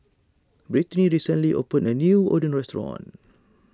Britney recently opened a new Oden restaurant